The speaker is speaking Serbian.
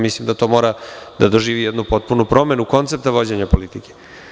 Mislim da mora da drži jednu potpunu promenu koncepta vođenja politike.